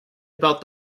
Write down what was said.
about